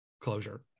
closure